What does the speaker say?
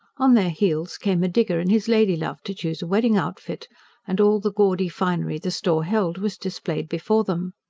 on their heels came a digger and his lady-love to choose a wedding-outfit and all the gaudy finery the store held was displayed before them.